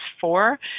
four